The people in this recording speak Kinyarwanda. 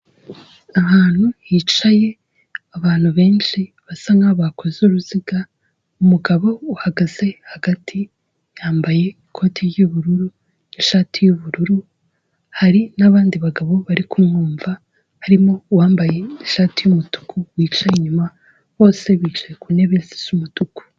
Ahantu hicaye abantu benshi basa nk'aho bakoze uruziga, umugabo uhagaze hagati yambaye ikoti ry'ubururu n'ishati y'ubururu, hari n'abandi bagabo bari kumwumva harimo uwambaye ishati y'umutuku wicaye inyuma bose bicaye ku ntebe nziza zisa umutuku.